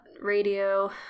radio